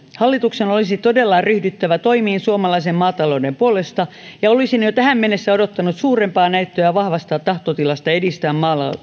hallituksen olisi todella ryhdyttävä toimiin suomalaisen maatalouden puolesta ja olisin jo tähän mennessä odottanut suurempaa näyttöä vahvasta tahtotilasta edistää